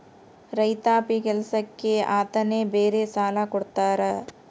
ರೈತಾಪಿ ಕೆಲ್ಸಕ್ಕೆ ಅಂತಾನೆ ಬೇರೆ ಸಾಲ ಕೊಡ್ತಾರ